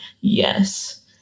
yes